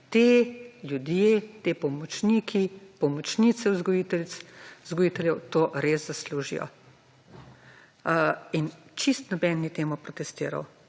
te ljudje, te pomočniki, pomočnice vzgojiteljev to res zaslužijo. In čisto noben ni temu protestiral.